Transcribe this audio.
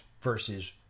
versus